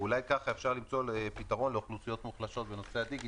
ואולי ככה אפשר למצוא פתרון לאוכלוסיות מוחלשות בנושא הדיגיטל.